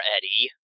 Eddie